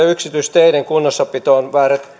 yksityisteiden kunnossapitoon